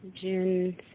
June